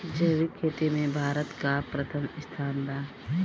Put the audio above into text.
जैविक खेती में भारत का प्रथम स्थान बा